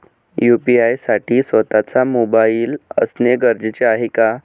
UPI साठी स्वत:चा mobile असणे गरजेचे आहे का?